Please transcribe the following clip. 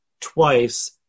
twice